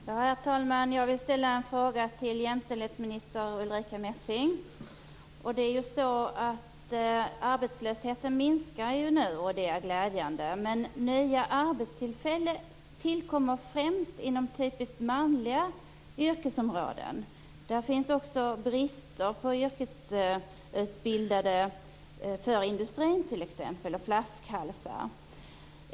Herr talman! Jag vill ställa en fråga till jämställdhetsminister Ulrica Messing. Arbetslösheten minskar ju nu, och det är glädjande. Men nya arbetstillfällen tillkommer främst inom typiskt manliga yrkesområden. Det finns också finns brist på yrkesutbildade personer inom industrin, s.k. flaskhalsar.